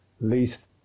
least